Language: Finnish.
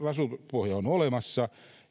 rahoituspohja on olemassa